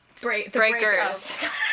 Breakers